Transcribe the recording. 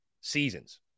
seasons